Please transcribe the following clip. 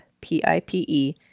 P-I-P-E